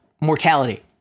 mortality